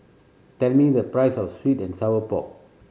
tell me the price of sweet and sour pork